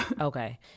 okay